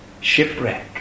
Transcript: shipwreck